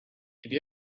have